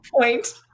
point